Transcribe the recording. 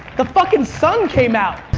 the fucking sun came out.